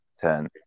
ten